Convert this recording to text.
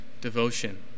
devotion